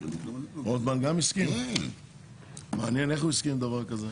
אבל זה יכנס כהוראת קבע ובהסכמה של ביטן.